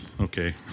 okay